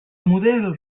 model